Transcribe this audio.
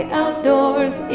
outdoors